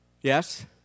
Yes